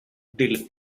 del